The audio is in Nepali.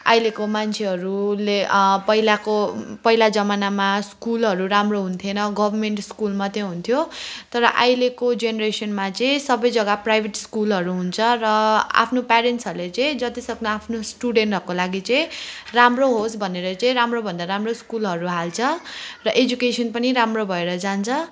अहिलेको मान्छेहरूले पहिलाको पहिला जमानामा स्कुलहरू राम्रो हुन्थेन गभर्मेन्ट स्कुल मात्रै हुन्थ्यो तर अहिलेको जेनरेसनमा चाहिँ सबै जग्गा प्राइभेट स्कुलहरू हुन्छ र आफ्नो प्यारेन्ट्सहरूले चाहिँ जतिसक्दो आफ्नो स्टुडेन्ट्सहरूको लागि चाहिँ राम्रो होस् भनेर चाहिँ राम्रोभन्दा राम्रो स्कुलहरू हाल्छ र एजुकेसन पनि राम्रो भएर जान्छ